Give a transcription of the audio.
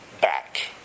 back